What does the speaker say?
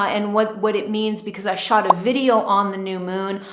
ah and what, what it means because i shot a video on the new moon.